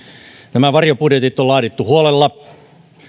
nämä varjobudjetit on laadittu huolella